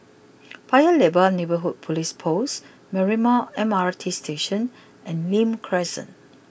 Paya Lebar Neighbourhood police post Marymount M R T Station and Nim Crescent